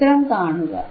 ചിത്രം കാണുക